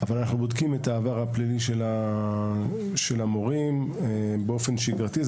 אבל אנחנו כן בודקים את העבר הפלילי של המורים באופן שיגרתי.